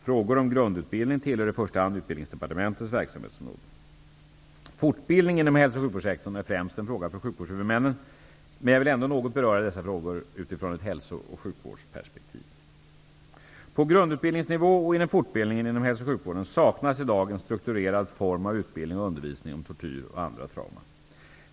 Frågor om grundutbildning tillhör i första hand Fortbildning inom hälso och sjukvårdssektorn är främst en fråga för sjukvårdshuvudmännen, men jag vill ändå något beröra dessa frågor utifrån ett hälso och sjukvårdsperspektiv. På grundutbildningsnivå och inom fortbildningen inom hälso och sjukvården saknas i dag en strukturerad form av utbildning och undervisning om tortyr och andra trauma.